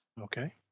Okay